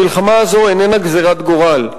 המלחמה הזאת איננה גזירת גורל.